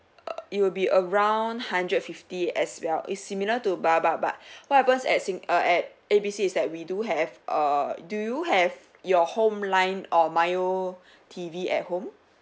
it will be around hundred fifty as well it's similar to baobab but what happen at sin~ at A B C is that we do have err do you have your home line or mio T_V at home